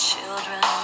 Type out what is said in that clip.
children